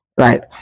right